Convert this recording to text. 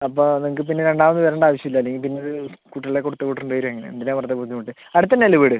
അപ്പോൾ നിങ്ങൾക്ക് പിന്നെ രണ്ടാമത് വരേണ്ട ആവശ്യമില്ല അല്ലെങ്കിൽ പിന്നെ കുട്ടികളുടേൽ കൊടുത്ത് വിടേണ്ടി വരും ഇങ്ങനെ എന്തിനാണ് വെറുതെ ബുദ്ധിമുട്ട് അടുത്തു തന്നെയല്ലേ വീട്